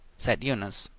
said eunice.